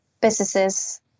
businesses